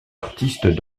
artistes